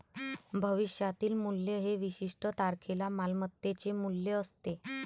भविष्यातील मूल्य हे विशिष्ट तारखेला मालमत्तेचे मूल्य असते